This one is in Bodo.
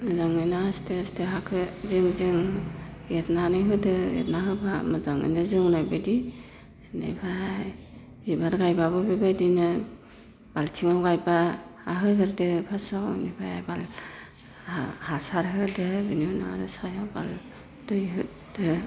मोजाङैनो आस्थे आस्थे हाखो जिं जिं एरनानै होदो एरनानै होबा मोजाङैनो जौनाय बायदि बिनिफाय बिबार गायब्लाबो बेबायदिनो बालथिङाव गायब्ला हा होगोरदो फार्स्टआव बिनिफाय हासार होदो बिनि उनाव आरो सायाव दै होदो